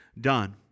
done